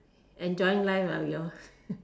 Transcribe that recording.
enjoying life ah we all